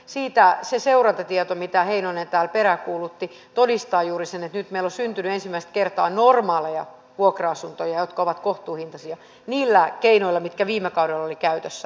siitä se seurantatieto mitä edustaja heinonen täällä peräänkuulutti todistaa juuri sen että nyt meille on syntynyt ensimmäistä kertaa normaaleja vuokra asuntoja jotka ovat kohtuuhintaisia niillä keinoilla mitkä viime kaudella oli käytössä